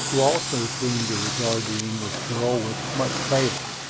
who also seemed to regard the english girl with much favor.